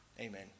Amen